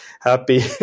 happy